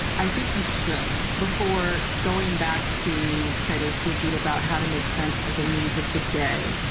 i think you should, before going back to kind of thinking about how to make sense of the news of the day.